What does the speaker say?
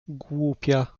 głupia